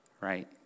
Right